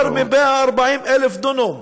יותר מ-140,000 דונם.